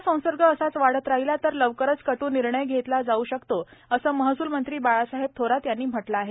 corona संसर्ग असाच वाढत राहिला तर लवकरच कटू निर्णय घेतला जाऊ शकतो असं महसूल मंत्री बाळासाहेब थोरात यांनी म्हटलं आहे